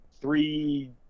three